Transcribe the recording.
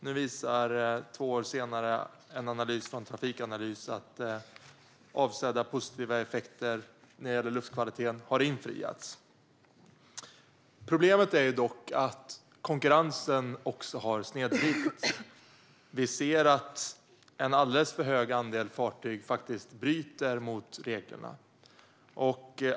Nu, två år senare, visar en analys från Trafikanalys att avsedda positiva effekter när det gäller luftkvaliteten har uppnåtts. Problemet är dock att konkurrensen har snedvridits. Vi ser att en alldeles för hög andel fartyg faktiskt bryter mot reglerna.